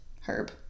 Herb